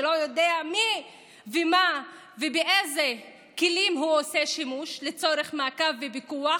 שלא יודע מי ומה ובאיזה כלים הוא עושה שימוש לצורך מעקב ופיקוח,